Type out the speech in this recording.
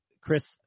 Chris